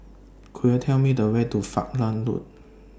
Could YOU Tell Me The Way to Falkland Road